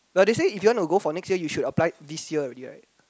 but they say if you want to go for next year you should apply this year already right